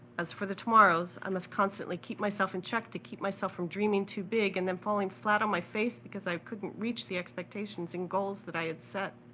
as for the tomorrows, i must constantly keep myself in check, to keep myself from dreaming too big and then falling flat on my face, because i couldn't reach the expectations and goals that i had set.